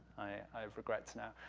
i regret now.